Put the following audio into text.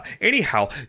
anyhow